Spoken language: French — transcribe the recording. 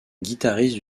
guitariste